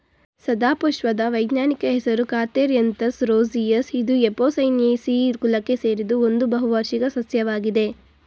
ಸದಾಪುಷ್ಪದ ವೈಜ್ಞಾನಿಕ ಹೆಸರು Catharanthus roseus ಇದು ಎಪೋಸೈನೇಸಿ ಕುಲಕ್ಕೆ ಸೇರಿದ್ದು ಒಂದು ಬಹುವಾರ್ಷಿಕ ಸಸ್ಯವಾಗಿದೆ